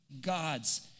gods